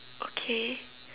okay